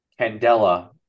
Candela